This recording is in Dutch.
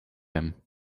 hem